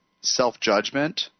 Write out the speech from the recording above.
self-judgment